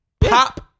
pop